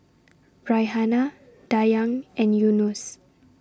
Raihana Dayang and Yunos